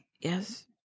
Yes